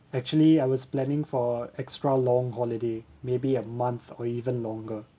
actually I was planning for extra long holiday maybe a month or even longer